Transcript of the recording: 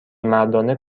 مردانه